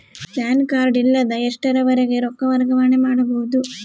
PAN card ಇಲ್ಲದ ಎಷ್ಟರವರೆಗೂ ರೊಕ್ಕ ವರ್ಗಾವಣೆ ಮಾಡಬಹುದು?